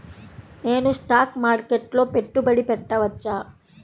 నేను స్టాక్ మార్కెట్లో పెట్టుబడి పెట్టవచ్చా?